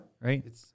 Right